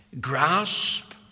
Grasp